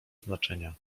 znaczenia